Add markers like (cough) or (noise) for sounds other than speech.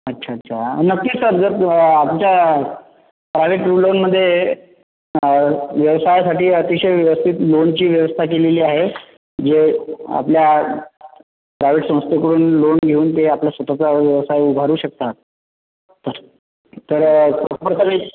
अच्छा अच्छा आं नक्कीच सर जर तुमच्या प्रायवेट लोनमध्ये व्यवसायासाठी अतिशय व्यवस्थित लोनची व्यवस्था केलेली आहे जे आपल्या प्रायवेट संस्थेकडून लोन घेऊन ते आपला स्वतःचा व्यवसाय उभारू शकतात तर (unintelligible)